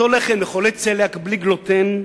אותו לחם לחולי צליאק, בלי גלוטן,